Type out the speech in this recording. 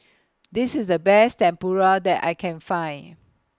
This IS The Best Tempura that I Can Find